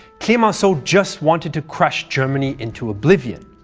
clemenceau just wanted to crush germany into oblivion,